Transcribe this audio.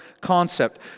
concept